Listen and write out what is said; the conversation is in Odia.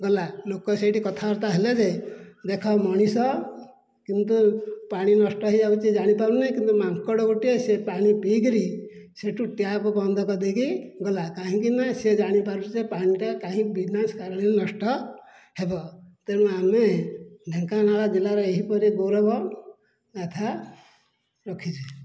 ଗଲା ଲୋକ ସେଇଠି କଥାବାର୍ତ୍ତା ହେଲେ ଯେ ଦେଖ ମଣିଷ କିନ୍ତୁ ପାଣି ନଷ୍ଟ ହୋଇଯାଉଛି ଜାଣି ପାରୁନି କିନ୍ତୁ ମାଙ୍କଡ଼ ଗୋଟିଏ ସେ ପାଣି ପିଇକରି ସେଠୁ ଟ୍ୟାପ୍ ବନ୍ଦ କରିଦେଇ ଗଲା କାହିଁକି ନା ସେ ଜାଣିପାରୁଛି ଯେ ପାଣିଟା କାହିଁକି ବିନା କାରଣରେ ନଷ୍ଟ ହେବ ତେଣୁ ଆମେ ଢ଼େଙ୍କାନାଳ ଜିଲ୍ଲାର ଏହି ପରି ଗୌରବ ଗାଥା ରଖିଛେ